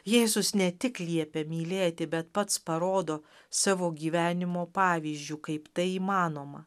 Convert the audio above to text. jėzus ne tik liepia mylėti bet pats parodo savo gyvenimo pavyzdžiu kaip tai įmanoma